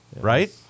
Right